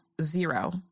zero